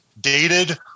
dated